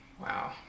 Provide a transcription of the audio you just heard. Wow